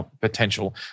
potential